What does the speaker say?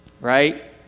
Right